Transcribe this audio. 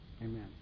amen